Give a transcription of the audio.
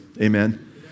Amen